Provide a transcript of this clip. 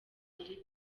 ari